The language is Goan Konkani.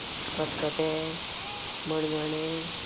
खतखतें मणगणें